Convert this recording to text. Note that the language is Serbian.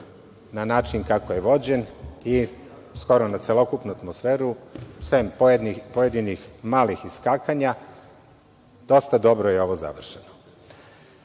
na način kako je vođen i skoro na celokupnu atmosferu. Sem pojedinih malih iskakanja, dosta dobro je ovo